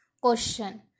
Question